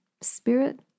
spirit